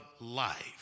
life